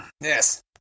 Yes